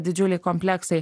didžiuliai kompleksai